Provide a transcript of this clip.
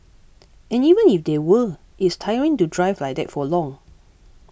and even if there were it is tiring to drive like that for long